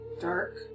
dark